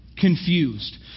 confused